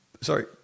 sorry